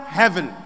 heaven